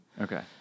Okay